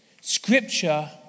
Scripture